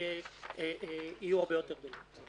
יהיו הרבה יותר גדולות.